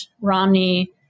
Romney